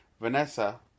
Vanessa